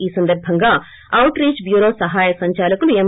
ఈ సందర్బంగా outreach bureau సహాయ సంచాలకులు ఎం